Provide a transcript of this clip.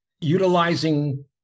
utilizing